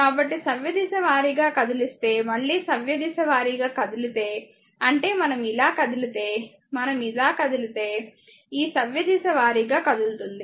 కాబట్టి సవ్యదిశ వారీగా కదిలిస్తే మళ్ళీ సవ్యదిశ వారీగా కదిలితే అంటేమనం ఇలా కదిలితే మనం ఇలా కదిలితేమనం ఇలా కదిలితే ఈ సవ్యదిశ వారీగా కదులుతుంది